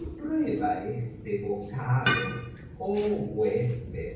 y prueba este bocado oh huésped